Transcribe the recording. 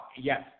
yes